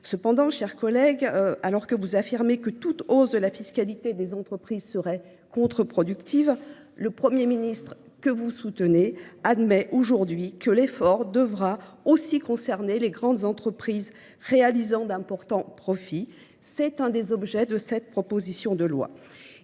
Mes chers collègues, alors que vous affirmez que toute hausse de la fiscalité des entreprises serait contre productive, le Premier ministre, que vous soutenez, admet désormais que l’effort devra aussi concerner les grandes entreprises réalisant d’importants profits. Tel est précisément l’un des objets de cette proposition de loi.